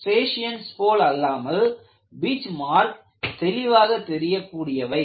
striations போல் அல்லாமல் beachmark தெளிவாக தெரிய கூடியவை